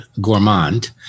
Gourmand